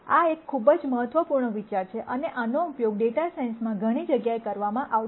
આ એક ખૂબ જ મહત્વપૂર્ણ વિચાર છે અને આનો ઉપયોગ ડેટા સાયન્સમાં ઘણી જગ્યાએ કરવામાં આવશે